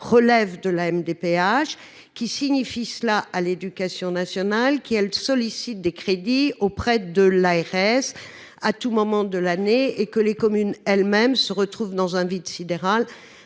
relève de la MDPH, qui signifie cela à l'éducation nationale qui elle sollicite des crédits auprès de l'ARS à tout moment de l'année et que les communes elles-mêmes se retrouve dans un vide sidéral